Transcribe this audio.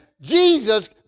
Jesus